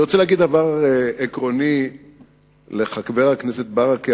אני רוצה להגיד דבר עקרוני לחבר הכנסת ברכה,